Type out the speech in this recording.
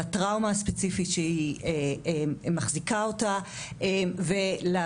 לטראומה הספציפית שהיא מחזיקה אותה ולמאפיינים